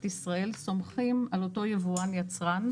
ישראל סומכים על אותו יבואן יצרן.